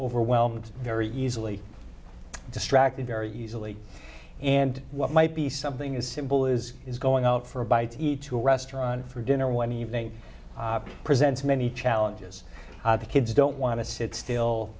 overwhelmed very easily distracted very easily and what might be something as simple as is going out for a bite to eat to a restaurant for dinner one evening presents many challenges the kids don't want to sit still